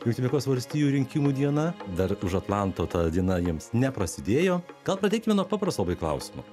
jungtinių amerikos valstijų rinkimų diena dar už atlanto ta diena jiems neprasidėjo gal pradėkime nuo paprasto labai klausimo